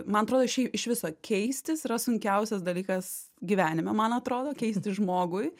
man atrodo šiaip iš viso keistis yra sunkiausias dalykas gyvenime man atrodo keistis žmogui